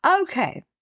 Okay